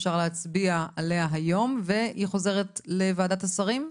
אפשר להצביע עליה היום והיא חוזרת לוועדת השרים?